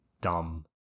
dumb